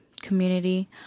community